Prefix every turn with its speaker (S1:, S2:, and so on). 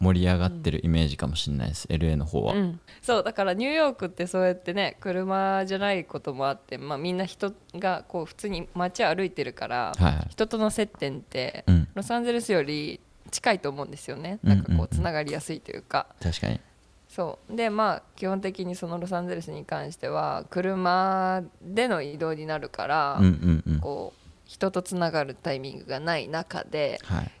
S1: 盛り上がってるイメージかもしんないです、
S2: うん。
S1: L.A.の方は。
S2: うん。そう、だからニューヨークってそうやってね、車じゃないこともあって、まあ、みんな人がこう普通に街歩いてるから、
S1: はいはい。
S2: 人との接点って、
S1: うん。
S2: ロサンゼルスより近いと思うんですよね。なんかこう、
S1: うんうんうん。
S2: つながりやすいというか。
S1: 確かに。
S2: そう。で、まあ、基本的にそのロサンゼルスに関しては、車での移動になるから、
S1: うんうんうん。
S2: こう、人とつながるタイミングがない中で、
S1: はい。